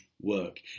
work